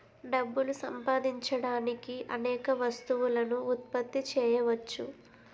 డబ్బులు సంపాదించడానికి అనేక వస్తువులను ఉత్పత్తి చేయవచ్చు